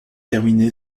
terminé